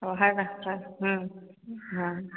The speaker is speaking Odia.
ହଉ ହା ହଁ ହଁ